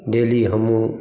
daily हमहुँ